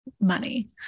money